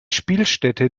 spielstätte